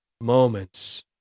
moments